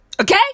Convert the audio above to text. Okay